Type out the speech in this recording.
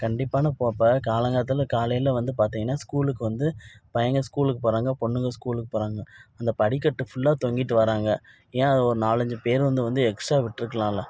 கண்டிப்பான போ இப்போ காலங்காத்ததால காலையில் வந்து பார்த்தீங்கன்னா ஸ்கூலுக்கு வந்து பையங்கள் ஸ்கூலுக்கு போகிறாங்க பொண்ணுங்க ஸ்கூலுக்கு போகிறாங்க அந்த படிக்கட்டு ஃபுல்லாக தொங்கிட்டு வராங்க ஏன் அதை ஒரு நாலஞ்சு பேருந்து வந்து எக்ஸ்ட்ரா விட்டிருக்கலால்ல